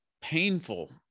painful